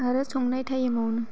आरो संनाय टाइमावनो